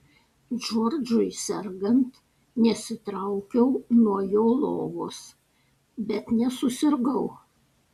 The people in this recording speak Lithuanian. džordžui sergant nesitraukiau nuo jo lovos bet nesusirgau